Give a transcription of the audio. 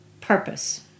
purpose